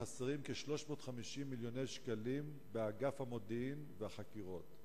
חסרים כ-350 מיליון שקלים באגף המודיעין והחקירות,